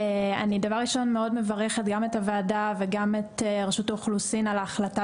דבר ראשון אני מאוד מברכת גם את הוועדה וגם את רשות האוכלוסין על ההחלטה